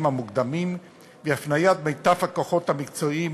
המוקדמים והפניית מיטב הכוחות המקצועיים